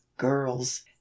girls